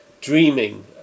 dreaming